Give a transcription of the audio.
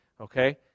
okay